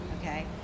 okay